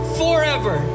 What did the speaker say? forever